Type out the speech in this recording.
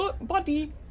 body